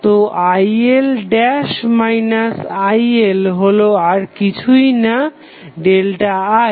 তো IL' IL হলো আর কিছুই না ΔI